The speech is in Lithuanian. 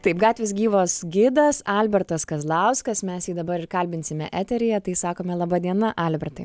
taip gatvės gyvos gidas albertas kazlauskas mes jį dabar kalbinsime eteryje tai sakome laba diena albertai